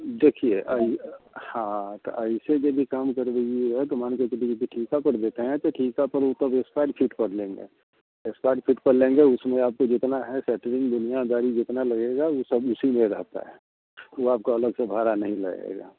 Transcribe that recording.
देखिए अब हाँ तो ऐसे जब ये काम करवाइएगा तो मान के चलिएगा कि ठेका पर देते हैं हैं तो ठेका पर उनको जो स्क्वायर फीट कर लेना है स्क्वायर फीट कर लेंगे उसमें आपका जितना है केटलीन भूरिया बालू जितना लगेगा वो सब उसी में रहता है वो आपका अलग से भाड़ा नहीं लगेगा